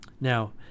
Now